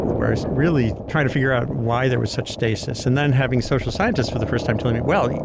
where i was really trying to figure out why there was such stasis, and then having social scientists for the first time telling me, well, yeah